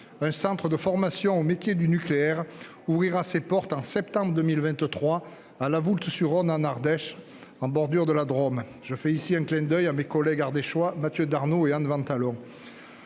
Un centre de formation aux métiers du nucléaire ouvrira ses portes en septembre 2023 à la Voulte-sur-Rhône, en Ardèche, en bordure de la Drôme. Je fais ici un clin d'oeil à mes collègues ardéchois, Mathieu Darnaud et Anne Ventalon.